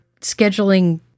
scheduling